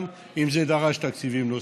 גם אם זה דרש תקציבים נוספים.